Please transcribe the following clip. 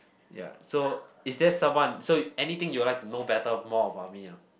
ya so is there someone so anything you would like to know better more about me a